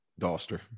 Doster